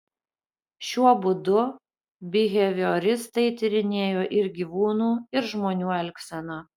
šiuo būdu bihevioristai tyrinėjo ir gyvūnų ir žmonių elgseną